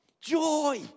joy